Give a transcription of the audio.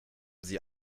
sie